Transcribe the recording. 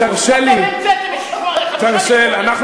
הוא המציא את 20:00. אתם